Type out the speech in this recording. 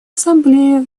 ассамблеи